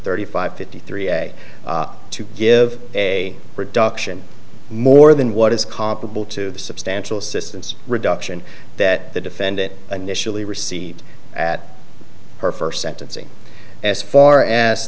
thirty five fifty three a to give a reduction more than what is comparable to the substantial assistance reduction that the defendant initially received at her first sentencing as far as